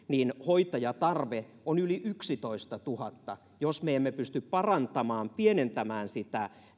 hoitajatarve on yli yksitoistatuhatta jos me me emme pysty pienentämään sitä